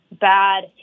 bad